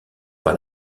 par